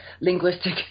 linguistic